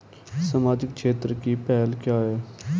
सामाजिक क्षेत्र की पहल क्या हैं?